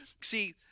See